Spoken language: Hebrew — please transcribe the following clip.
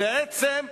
בעצם,